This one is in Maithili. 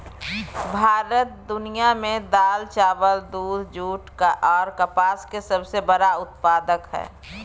भारत दुनिया में दाल, चावल, दूध, जूट आर कपास के सबसे बड़ा उत्पादक हय